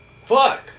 Fuck